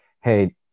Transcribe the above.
Hey